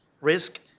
risk